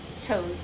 chose